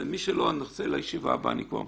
ומי שלא נספיק בישיבה הבאה.